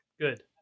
Good